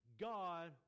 God